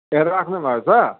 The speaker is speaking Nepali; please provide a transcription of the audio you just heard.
ए राख्नुभएको छ